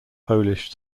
polish